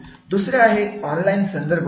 दुसरे आहे ऑनलाईन संदर्भ